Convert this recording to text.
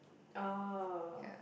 oh